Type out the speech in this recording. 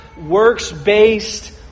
works-based